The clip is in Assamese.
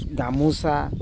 গামোচা